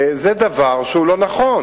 זה דבר שהוא לא נכון.